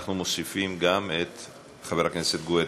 אנחנו מוסיפים גם את חבר הכנסת גואטה.